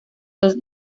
dos